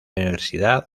universidad